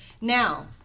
Now